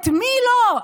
את מי לא?